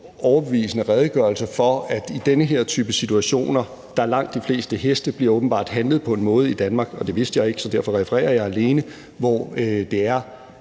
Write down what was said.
overbevisende redegørelse for den her type situationer: at langt de fleste heste åbenbart bliver handlet på en måde i Danmark – og det vidste jeg ikke, så derfor refererer jeg alene – hvor det er